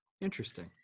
Interesting